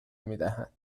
میدهد